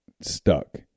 stuck